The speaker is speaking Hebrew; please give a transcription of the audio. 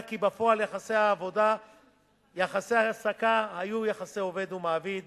כי בפועל יחסי ההעסקה היו יחסי עובד ומעביד,